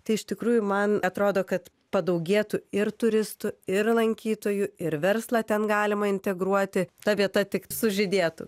tai iš tikrųjų man atrodo kad padaugėtų ir turistų ir lankytojų ir verslą ten galima integruoti ta vieta tik sužydėtų